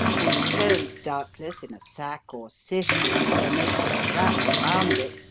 inclosed, doubtless, in a sac or cyst which mother nature has wrapped round it,